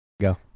go